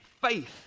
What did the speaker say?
faith